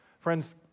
Friends